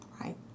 Right